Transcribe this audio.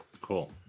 Cool